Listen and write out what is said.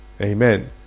Amen